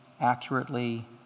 accurately